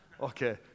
Okay